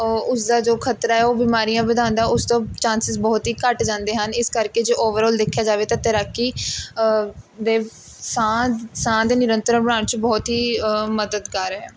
ਉਹ ਉਸਦਾ ਜੋ ਖ਼ਤਰਾ ਹੈ ਉਹ ਬਿਮਾਰੀਆਂ ਵਧਾਉਂਦਾ ਹੈ ਉਸ ਤੋਂ ਚਾਨਸਿੰਜ਼ ਬਹੁਤ ਹੀ ਘੱਟ ਜਾਂਦੇ ਹਨ ਇਸ ਕਰਕੇ ਜੇ ਓਵਰਔਲ ਦੇਖਿਆ ਜਾਵੇ ਤਾਂ ਤੈਰਾਕੀ ਦੇ ਸਾਹ ਸਾਹ ਦੇ ਨਿਰੰਤਰਣ ਬਣਾਉਣ 'ਚ ਬਹੁਤ ਹੀ ਮੱਦਦਗਾਰ ਹੈ